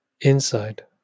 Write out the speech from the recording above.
inside